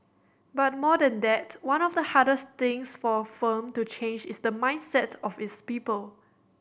but more than that one of the hardest things for a firm to change is the mindset of its people